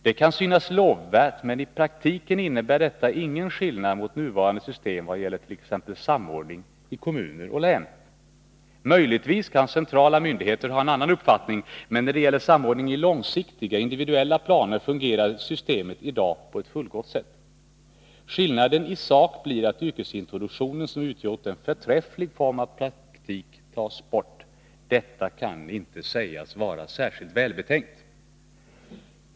Detta kan synas lovvärt, men i praktiken innebär det ingen skillnad mot nuvarande system i vad gäller t.ex. samordning i kommuner och län. Möjligtvis kan centrala myndigheter ha en annan uppfattning, men när det gäller samordning i långsiktiga individuella planer fungerar systemet i dag på ett fullgott sätt. Skillnaden i sak blir att yrkesintroduktionen, som utgjort en förträfflig form av praktik, tas bort. Detta kan inte sägas vara särskilt välbetänkt.